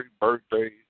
birthday